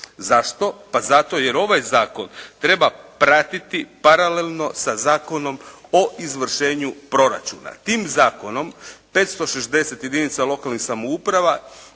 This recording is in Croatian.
Zašto? Pa zato jer ovaj zakon treba pratiti paralelno sa Zakonom o izvršenju proračuna. Tim zakonom 560 jedinica lokalnih samouprava